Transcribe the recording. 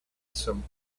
some